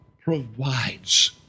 provides